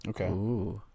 Okay